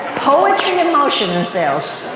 poetry in motion in sales.